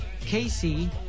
Casey